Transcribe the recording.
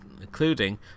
including